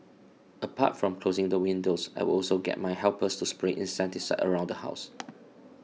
apart from closing the windows I would also get my helper to spray insecticide around the house